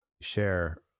share